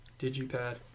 Digipad